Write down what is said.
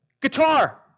Guitar